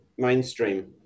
mainstream